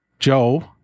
Joe